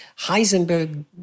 Heisenberg